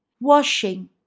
Washing